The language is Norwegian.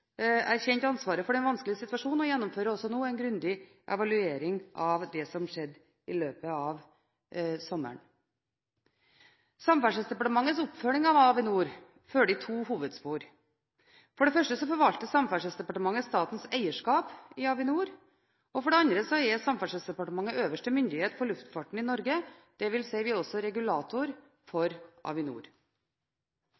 vanskelige situasjonen og gjennomfører også nå en grundig evaluering av det som skjedde i løpet av sommeren. Samferdselsdepartementets oppfølging av Avinor følger to hovedspor. For det første forvalter Samferdselsdepartementet statens eierskap i Avinor, og for det andre er Samferdselsdepartementet øverste myndighet for luftfarten i Norge, dvs. at vi er også regulator